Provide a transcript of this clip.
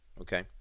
okay